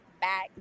back